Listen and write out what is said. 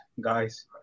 guys